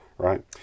Right